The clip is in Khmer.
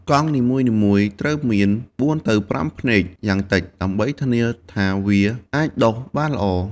កង់នីមួយៗត្រូវមាន ៤ ទៅ ៥ ភ្នែក យ៉ាងតិច ដើម្បីធានាថាវាអាចដុះបានល្អ។